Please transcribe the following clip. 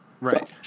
Right